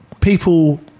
people